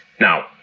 Now